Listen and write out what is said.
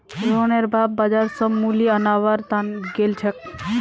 रोहनेर बाप बाजार स मूली अनवार गेल छेक